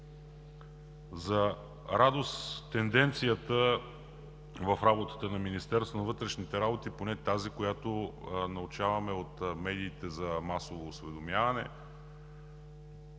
За радост, тенденцията в работата на Министерството на вътрешните работи, поне тази, която научаваме от медиите за масово осведомяване,